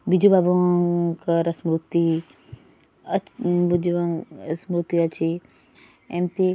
ବିଜୁବାବୁଙ୍କର ସ୍ମୃତି ଅତ୍ ବିଜୁବାବୁ ସ୍ମୃତି ଅଛି ଏମିତି